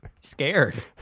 scared